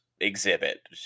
exhibit